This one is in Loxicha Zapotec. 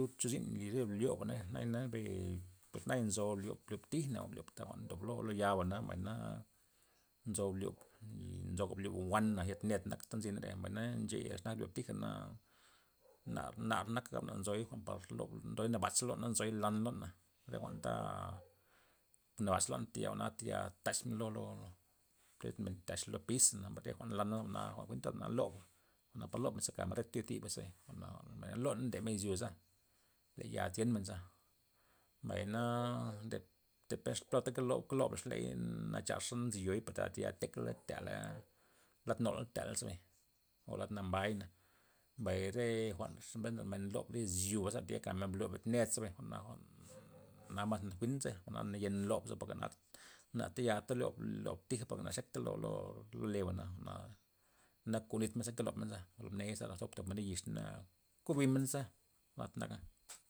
Cho zyn nli re blioba'na naya'na mbe' pues naya' nzo liob' liob' tij' neo liob' jwa'n ta ndob lo ya'bana mbay na nzo liob' nn- nzoga liob' wan'na ya thib ned nak ta nzinare' mbay na ncheya za nak liob' tijana' na- nar naka nzoy jwa'n par lo nzoy jwa'n nabadxa lon jwa'na. mbay nzo lan lon na re jwa'n ta nabax lon thiyal tayal taxmen lo- lo mbesmen taxmen lo piz mbay na re jwa'n lan jwi'n na ndlob na par lobmen ze kanmen reta yozi jwa'n loney ndemen izyosa le'ya thienmenza, mbay na nde- depen xe nde- nde lob'lax nachaxa nzi yo tayal tekley tele'y lad nola tele'y o lad nambay na mbay re jwa'n xis men ndobl izyoba tayal kamen blob ned zabay jwa'na jwa'n mas jwi'n ze bay jwa'na na yen lob'za poga na akta taya liob' tija' porke na xektey luego- luego lebana- na na konitmena ze lioba' ngolo mney za topmen re yix kubimenaza jwa'nata naka.